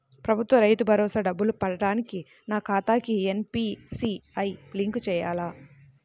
ప్రభుత్వ రైతు భరోసా డబ్బులు పడటానికి నా ఖాతాకి ఎన్.పీ.సి.ఐ లింక్ చేయాలా?